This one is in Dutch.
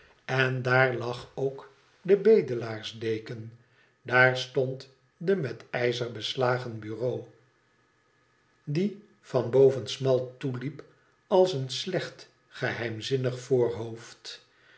en daar lag ook de bedelaarsdeken daar stond de met ijzer beslagen bureau die an boven smal toeliep als een slecht geheimzinnig voorhoofd